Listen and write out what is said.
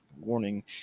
warning